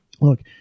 Look